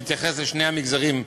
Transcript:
בהתייחס לשני המגזרים,